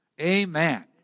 Amen